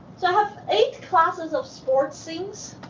so i have eight classes of sports scenes